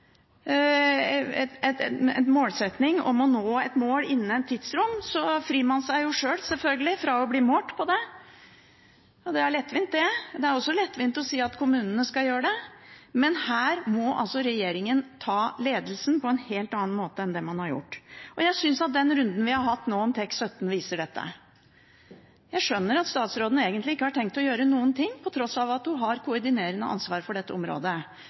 en målsetting om å nå et mål innen et tidsrom frir man seg sjøl – selvfølgelig – fra å bli målt på det. Det er lettvint. Det er også lettvint å si at kommunene skal gjøre det, men her må regjeringen ta ledelsen på en helt annen måte enn det man har gjort. Jeg synes at den runden vi har hatt nå, om TEK17, viser dette. Jeg skjønner at statsråden egentlig ikke har tenkt å gjøre noen ting, på tross av at hun har koordinerende ansvar for dette området.